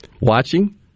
watching